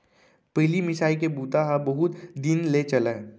पहिली मिसाई के बूता ह बहुत दिन ले चलय